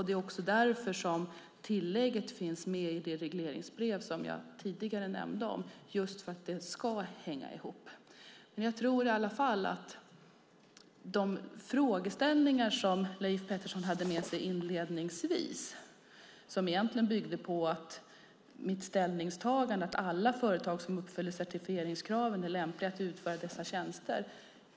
Det är också därför som tillägget finns med i det regleringsbrev som jag tidigare nämnde, just för att det ska hänga ihop. De frågeställningar som Leif Pettersson tog upp inledningsvis byggde egentligen på mitt ställningstagande att alla företag som uppfyller certifieringskraven är lämpliga att utföra dessa tjänster.